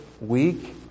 week